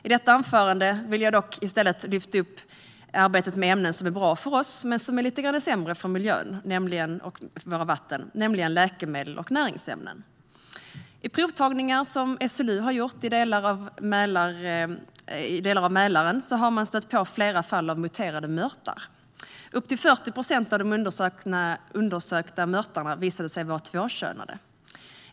I detta anförande vill jag i stället lyfta fram arbetet med ämnen som är bra för oss men lite sämre för våra vatten, nämligen läkemedel och näringsämnen. I provtagningar som SLU har gjort i delar av Mälaren har man stött på flera fall av muterade mörtar. Upp till 40 procent av de undersökta mörtarna visade sig vara tvåkönade.